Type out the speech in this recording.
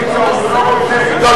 הוא לא רוצה, לא,